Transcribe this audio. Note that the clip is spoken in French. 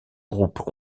groupes